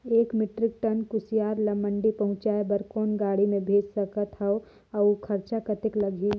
एक metric ton कुसियार ल मंडी पहुंचाय बर कौन गाड़ी मे भेज सकत हव अउ खरचा कतेक लगही?